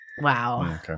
Wow